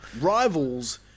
rivals